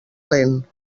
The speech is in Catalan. lent